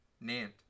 Nant